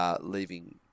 leaving